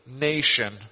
nation